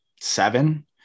seven